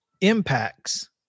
impacts